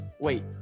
Wait